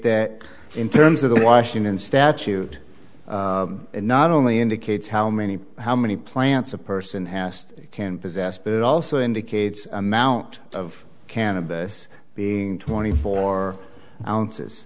that in terms of the washington statute not only indicates how many how many plants a person has can possess but it also indicates amount of cannabis being twenty four ounces